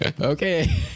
Okay